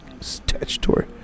Statutory